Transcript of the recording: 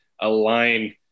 align